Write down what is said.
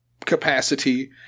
capacity